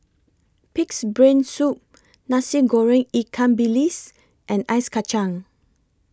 Pig'S Brain Soup Nasi Goreng Ikan Bilis and Ice Kacang